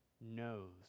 knows